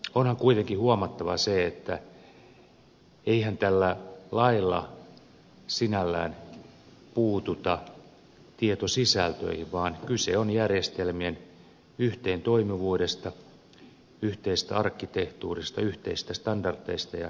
onhan kuitenkin huomattava se että eihän tällä lailla sinällään puututa tietosisältöihin vaan kyse on järjestelmien yhteentoimivuudesta yhteisestä arkkitehtuurista yhteisistä standardeista ja niin edelleen